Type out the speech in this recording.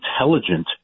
intelligent